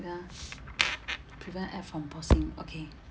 ya prevent app from pausing okay